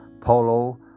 polo